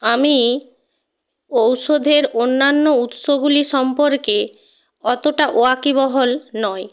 আমি ঔষধের অন্যান্য উৎসগুলি সম্পর্কে অতটা ওয়াকিবহাল নই